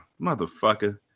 Motherfucker